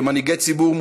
כמנהיגי ציבור,